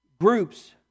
groups